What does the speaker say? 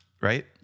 right